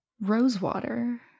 Rosewater